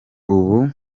ubu